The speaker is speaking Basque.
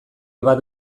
bat